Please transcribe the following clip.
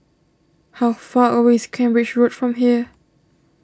how far away is Cambridge Road from here